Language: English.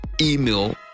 Email